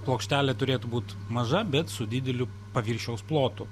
plokštelė turėtų būt maža bet su dideliu paviršiaus plotu